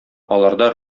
аларда